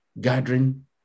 gathering